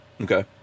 Okay